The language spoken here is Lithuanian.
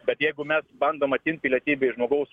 bet jeigu mes bandom atimt pilietybę iš žmogaus